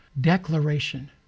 declaration